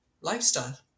lifestyle